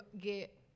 get